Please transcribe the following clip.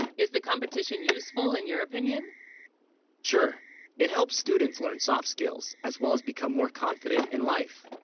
is the competition useful in your opinion sure it helps students learn, soft skills as, well as become more confident in life,